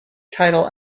title